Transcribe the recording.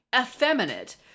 effeminate